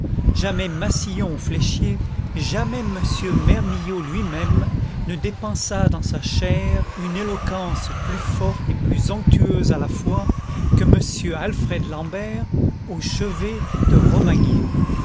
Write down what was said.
jamais massillon ou fléchier jamais m mermilliod lui-même ne dépensa dans sa chaire une éloquence plus forte et plus onctueuse à la fois que m alfred l'ambert au chevet de romagné